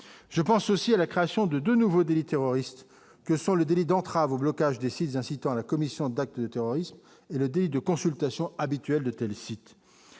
je pense aussi à la création de 2 nouveaux délits terroristes que sont le délit d'entrave au blocage des sites incitant à la commission d'actes de terrorisme, le délit de consultation habituelle de tels sites